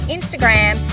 Instagram